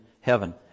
heaven